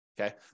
okay